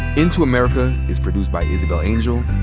into america is produced by isabel angel,